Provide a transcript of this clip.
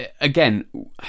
again